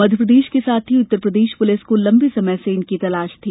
मध्यप्रदेश के साथ ही उत्तर प्रदेश पुलिस को लंबे समय से इनकी तलाश थी